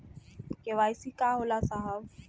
KYC का होला साहब?